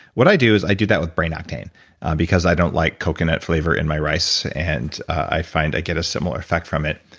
what i do is i do that with brain octane because i don't like coconut flavor in my rice, and i find i get a similar effect from it,